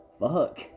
fuck